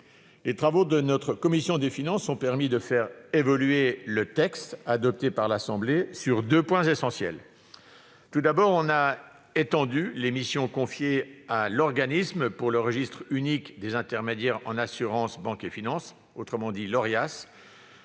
Les travaux de la commission des finances ont permis de faire évoluer le texte adopté par l'Assemblée nationale sur deux points essentiels. Tout d'abord, nous avons étendu les missions confiées à l'Organisme pour le registre unique des intermédiaires en assurance, banque et finance (Orias),